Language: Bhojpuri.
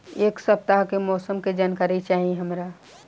एक सपताह के मौसम के जनाकरी चाही हमरा